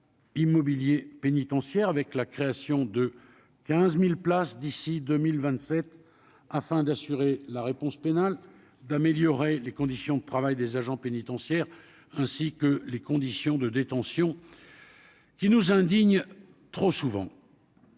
immobilier pénitentiaire, avec la création de 15000 places d'ici 2027 afin d'assurer la réponse pénale d'améliorer les conditions de travail des agents pénitentiaires, ainsi que les conditions de détention qui nous indigne trop souvent.